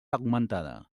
augmentada